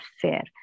fair